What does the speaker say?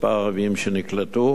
מספר ערבים שנקלטו?